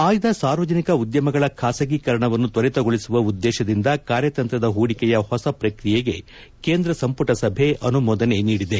ಆಯ್ದ ಸಾರ್ವಜನಿಕ ಉದ್ದಮಗಳ ಖಾಸಗೀಕರಣವನ್ನು ತ್ವರಿತಗೊಳಿಸುವ ಉದ್ದೇಶದಿಂದ ಕಾರ್ಯತಂತ್ರದ ಹೂಡಿಕೆಯ ಹೊಸ ಪ್ರಕ್ರಿಯೆಗೆ ಕೇಂದ್ರ ಸಂಪುಟ ಸಭೆ ಅನುಮೋದನೆ ನೀಡಿದೆ